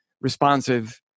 responsive